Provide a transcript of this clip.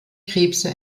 krebse